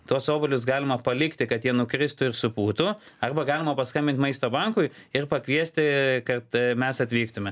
tuos obuolius galima palikti kad jie nukristų ir supūtų arba galima paskambint maisto bankui ir pakviesti kad mes atvyktumė